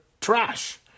trash